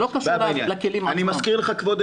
אני מזכיר לך חוק,